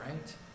right